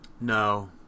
No